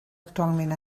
actualment